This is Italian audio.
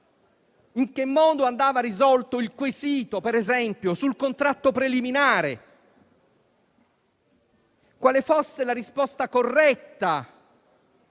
in che modo andasse risolto il quesito, per esempio, sul contratto preliminare o quale fosse la risposta corretta